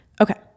Okay